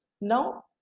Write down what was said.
now